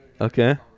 Okay